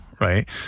Right